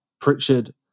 Pritchard